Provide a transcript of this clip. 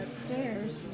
upstairs